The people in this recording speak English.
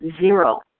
zero